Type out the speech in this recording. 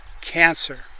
Cancer